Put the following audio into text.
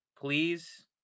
Please